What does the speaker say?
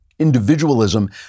Individualism